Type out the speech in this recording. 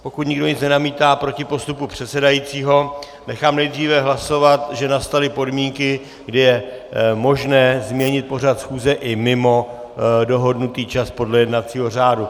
Pokud nikdo nic nenamítá proti postupu předsedajícího, nechám nejdříve hlasovat, že nastaly podmínky, kdy je možné změnit pořad schůze i mimo dohodnutý čas podle jednacího řádu.